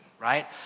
right